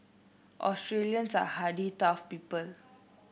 Australians are hardy tough people